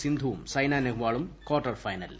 സിന്ധുവും സൈനാ നെഹ്വാളും ക്വാർട്ടർ ഫൈനലിൽ